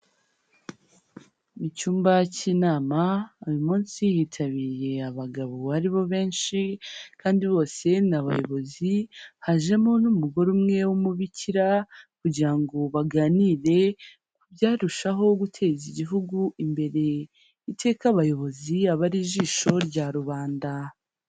Mu cyumba cy'inama uyu munsi hitabiriye abagabo aribo benshi kandi bose ni abayobozi, hajemo n'umugore umwe w'umubikira kugira ngo baganire ku byarushaho guteza igihugu imbere, iteka abayobozi aba ari ijisho rya rubanda.